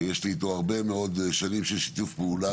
שיש לי איתו הרבה מאוד שנים של שיתוף פעולה